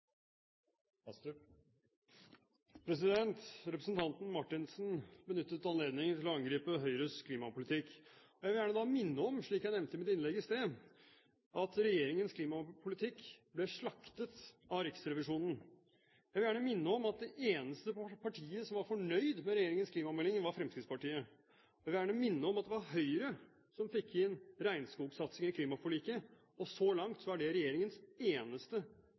her. Representanten Marthinsen benyttet anledningen til å angripe Høyres klimapolitikk. Jeg vil gjerne minne om, slik jeg nevnte i mitt innlegg i sted, at regjeringens klimapolitikk ble slaktet av Riksrevisjonen. Jeg vil gjerne minne om at det eneste partiet som var fornøyd med regjeringens klimamelding, var Fremskrittspartiet. Jeg vil gjerne minne om at det var Høyre som fikk regnskogsatsingen inn i klimaforliket. Og så langt er det regjeringens eneste